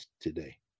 today